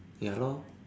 ya lor